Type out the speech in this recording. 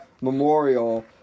memorial